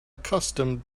accustomed